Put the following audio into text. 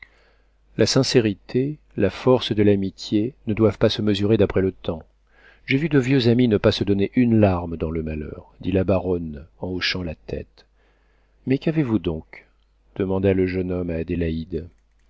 la sincérité la force de l'amitié ne doivent pas se mesurer d'après le temps j'ai vu de vieux amis ne pas se donner une larme dans le malheur dit la baronne en hochant la tête mais qu'avez-vous donc demanda le jeune homme à adélaïde